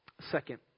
Second